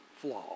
flaw